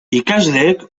ikasleek